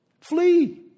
Flee